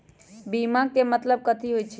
बीमा के मतलब कथी होई छई?